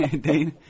Dane